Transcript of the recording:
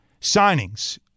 signings